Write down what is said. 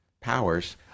powers